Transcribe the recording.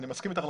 אני מסכים אתך.